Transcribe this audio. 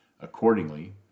Accordingly